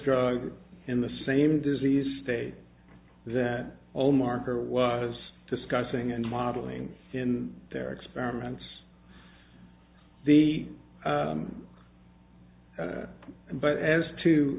drug in the same disease state that all marker was discussing and modeling in their experiments the but as to